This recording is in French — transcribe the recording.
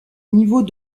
niveau